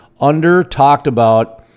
under-talked-about